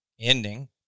ending